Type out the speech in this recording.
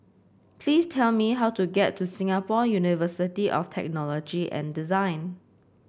please tell me how to get to Singapore University of Technology and Design